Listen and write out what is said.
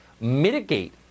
mitigate